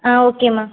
ஆ ஓகேம்மா